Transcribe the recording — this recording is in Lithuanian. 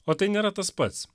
o tai nėra tas pats